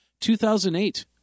2008